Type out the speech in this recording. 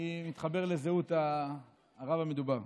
אני מתחבר לזהות הרב המדובר.